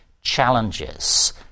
challenges